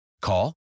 call